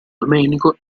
domenico